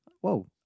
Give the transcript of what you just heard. Whoa